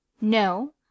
no